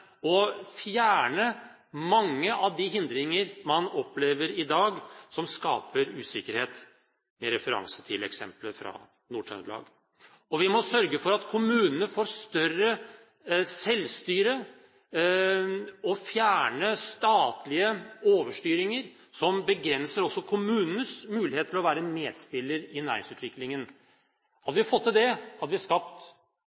og fjerne mange av de hindringer man i dag opplever skaper usikkerhet, med referanse til eksempelet fra Nord-Trøndelag. Vi må sørge for at kommunene får større selvstyre og fjerne statlige overstyringer, som også begrenser kommunenes mulighet til å være en medspiller i næringsutviklingen.